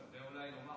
שווה אולי לומר,